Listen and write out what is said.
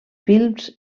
films